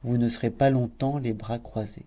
vous ne serez pas longtemps les bras croisés